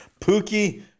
pookie